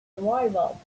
rival